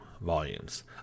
volumes